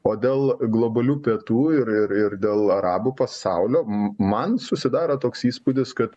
o dėl globalių pietų ir ir ir dėl arabų pasaulio m man susidaro toks įspūdis kad